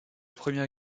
première